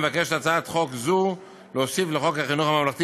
מבקשת הצעת חוק זו להוסיף לחוק חינוך ממלכתי